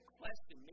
question